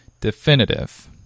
definitive